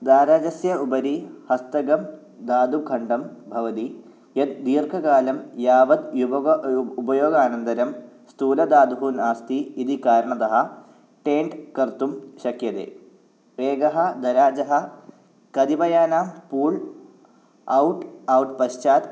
दाराजस्य उपरि हस्तकं दातुखण्डं भवति यत् दीर्घकालं यावत् युगप उपयोगानन्तरं स्थूलदातुः नास्ति इति कारणतः टेन्ट् कर्तुं शक्यते वेगः दराजः कतिपायानां पोळ् औट् औट् पश्चात्